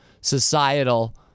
societal